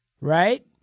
Right